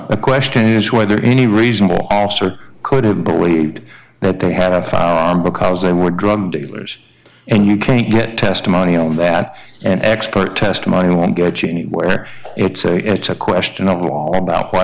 a question is whether any reasonable officer could have believed that they have found because they were drug dealers and you can't get testimony on that and expert testimony won't get you anywhere it's a it's a question of all about what